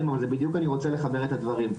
,אבל זה בדיוק אני רוצה לחבר את הדברים,